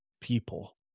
people